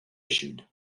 issued